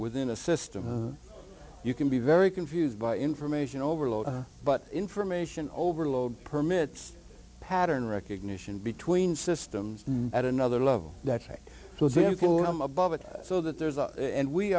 within a system you can be very confused by information overload but information overload permits pattern recognition between systems at another love that so then cool them above it so that there's a and we